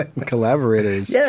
Collaborators